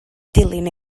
dilyn